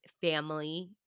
family